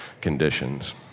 conditions